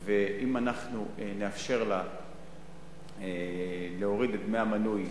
ואם אנחנו נאפשר לה להוריד את דמי המנוי,